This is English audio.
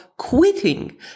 Quitting